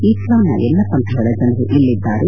ಇಸ್ಲಾಂನ ಎಲ್ಲಾ ಪಂಥಗಳ ಜನರು ಇಲ್ಲಿದ್ದಾರೆ